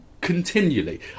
continually